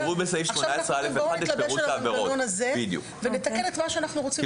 בואו נתלבש על הכיוון הזה ונתקן את מה שאנחנו רוצים לתקן בסעיף הזה.